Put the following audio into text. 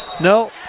No